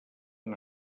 han